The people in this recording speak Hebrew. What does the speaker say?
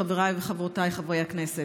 חבריי וחברותיי חברי הכנסת,